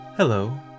Hello